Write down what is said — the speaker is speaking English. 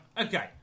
okay